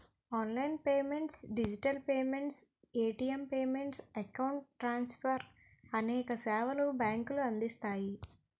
online payments digital payments, ATM payments, account transfer అనేక సేవలు బ్యాంకులు అందిస్తాయి